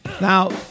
Now